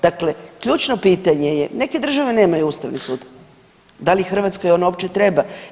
Dakle, ključno pitanje je, neke države nemaju Ustavni sud, da li Hrvatskoj on uopće treba?